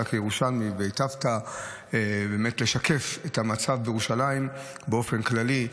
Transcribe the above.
אתה כירושלמי באמת היטבת לשקף את המצב בירושלים באופן כללי.